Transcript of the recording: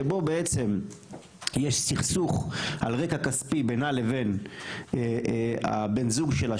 שבו בעצם יש סכסוך על רקע כספי בינה לבין הבן זוג שלה,